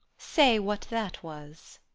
say what that was!